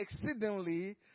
exceedingly